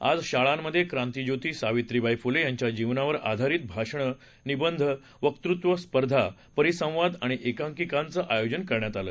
आज शाळांमध्ये क्रांतिज्योती सावित्रीबाई फुले यांच्या जीवनावर आधारित भाषणे निबंध वक्तृत्व स्पर्धा परिसंवाद आणि एकांकिकांचं आयोजन करण्यात आलं